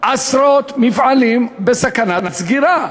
עשרות מפעלים בסכנת סגירה.